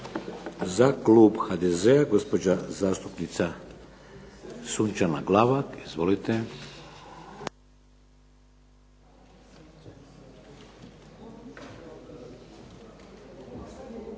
Za klub HDZ-a gospođa zastupnica Sunčana Glavak. Izvolite.